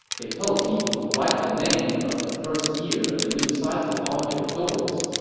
they told people to write the name of the first year of the new cycle on their doors.